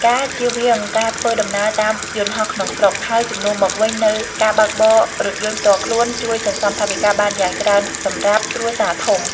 ការជៀសវាងការធ្វើដំណើរតាមយន្តហោះក្នុងស្រុក ហើយជំនួសមកវិញនូវការបើកបររថយន្តផ្ទាល់ខ្លួន ជួយសន្សំថវិកាបានយ៉ាងច្រើនសម្រាប់គ្រួសារធំ។